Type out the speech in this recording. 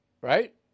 Right